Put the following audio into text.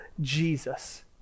Jesus